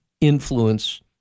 influence